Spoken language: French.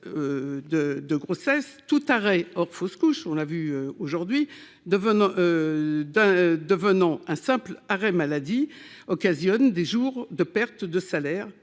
de grossesse, tout arrêt, hors fausse couche, on l'a vu aujourd'hui, devenant un simple arrêt maladie, occasionne des jours de perte de salaire,